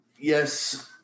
yes